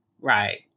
right